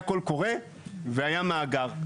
היה קול קורא והיה מאגר.